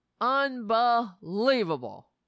Unbelievable